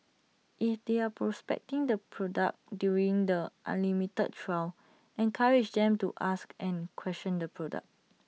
if they are prospecting the product during the unlimited trial encourage them to ask and question the product